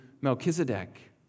Melchizedek